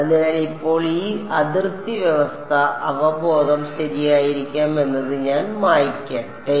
അതിനാൽ ഇപ്പോൾ ഈ അതിർത്തി വ്യവസ്ഥ അവബോധം ശരിയായിരിക്കാം എന്നത് ഞാൻ മായ്ക്കട്ടെ